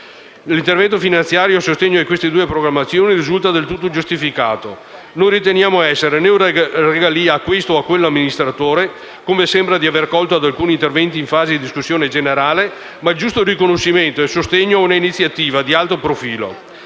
L'intervento finanziario a sostegno di queste due programmazioni risulta del tutto giustificato, e non lo riteniamo essere né una regalia a questo o quell'amministratore, come sembra di aver colto da alcuni interventi in fase di discussione generale. È il giusto riconoscimento e sostegno a una iniziativa di alto profilo,